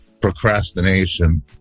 procrastination